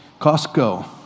Costco